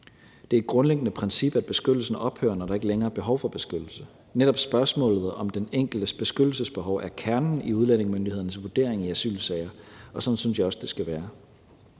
Det er et grundlæggende princip, at beskyttelsen ophører, når der ikke længere er behov for beskyttelse. Netop spørgsmålet om den enkeltes beskyttelsesbehov er kernen i udlændingemyndighedernes vurdering af asylsager, og sådan synes jeg også det skal være.